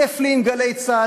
כיף לי עם "גלי צה"ל",